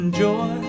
joy